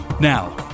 now